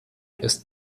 ist